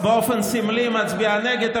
באופן סמלי מצביעה נגד,